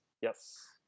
Yes